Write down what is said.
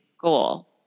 goal